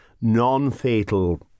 non-fatal